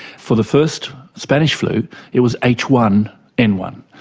for the first spanish flu it was h one n one.